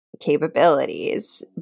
capabilities